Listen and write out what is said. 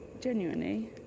Genuinely